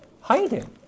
hiding